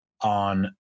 on